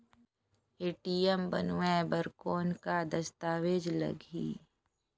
ATM बनवाय बर कौन का दस्तावेज लगही?